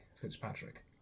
Fitzpatrick